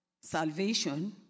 salvation